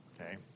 Okay